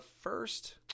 first